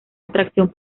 atracción